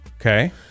Okay